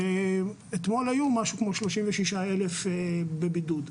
אתמול היו משהו כמו 36,000 בבידוד,